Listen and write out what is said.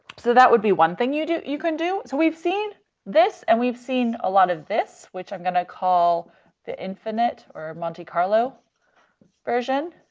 so that would be one thing you do you can do. so we've seen this, and we've seen a lot of this, which i'm going to call the infinite or monte carlo version.